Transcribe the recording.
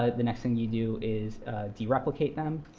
ah the next thing you do is dereplicate them.